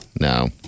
No